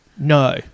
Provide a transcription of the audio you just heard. No